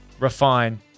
refine